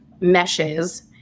meshes